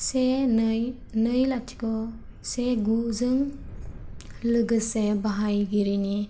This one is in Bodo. से नै नै लाथिख' से गुजों लोगोसे बाहायगिरिनि